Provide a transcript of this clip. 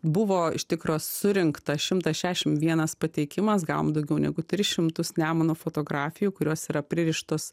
buvo iš tikro surinkta šimtas šešiasdešimt vienas pateikimas gavom daugiau negu tris šimtus nemuno fotografijų kurios yra pririštos